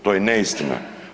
To je neistina.